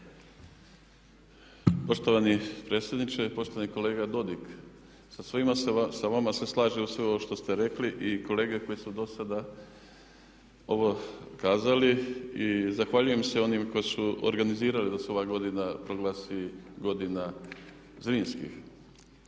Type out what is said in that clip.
Poštovani predsjedniče, poštovani kolega Dodig sa svima se vama slažem sve ovo što ste rekli i kolege koji su dosada ovo kazali. Zahvaljujem se onima koji su organizirali da se ova godina proglasi godina Zrinskih.